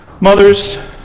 Mothers